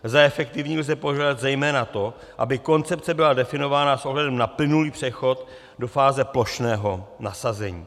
Za efektivní lze považovat zejména to, aby koncepce byla definována s ohledem na plynulý přechod do fáze plošného nasazení.